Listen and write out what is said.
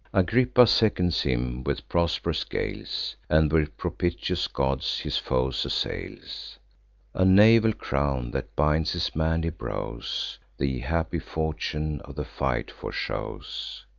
agrippa seconds him, with prosp'rous gales, and, with propitious gods, his foes assails a naval crown, that binds his manly brows, the happy fortune of the fight foreshows.